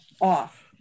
off